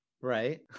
Right